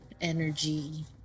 Energy